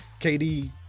KD